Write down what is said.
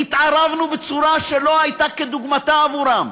התערבנו בצורה שלא הייתה כדוגמתה עבורה,